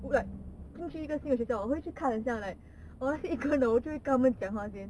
will be like 去一个现照会看很想 like honestly 一个人的我就会跟他们讲话先